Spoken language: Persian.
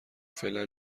فعلا